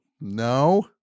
No